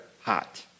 hot